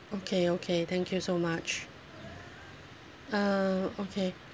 okay okay thank you so much uh okay